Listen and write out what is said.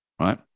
right